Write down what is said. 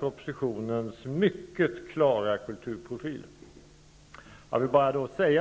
propositionens mycket klara kulturprofil.